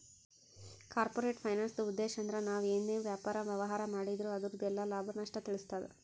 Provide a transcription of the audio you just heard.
corporate ಫೈನಾನ್ಸ್ದುಉದ್ಧೇಶ್ ಅಂದ್ರ ನಾವ್ ಏನೇ ವ್ಯಾಪಾರ, ವ್ಯವಹಾರ್ ಮಾಡಿದ್ರು ಅದುರ್ದು ಎಲ್ಲಾ ಲಾಭ, ನಷ್ಟ ತಿಳಸ್ತಾದ